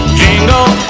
jingle